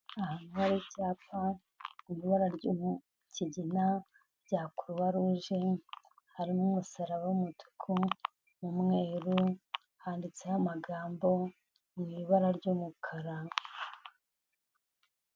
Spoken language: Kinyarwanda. Ahantu hari ibyapa mu ibara ry'ikigina, rya croix rouge, harimo umusaraba w'umutuku n'umweru, handitseho amagambo mu ibara ry'umukara.